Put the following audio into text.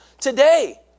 today